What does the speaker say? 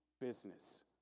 business